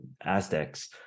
Aztecs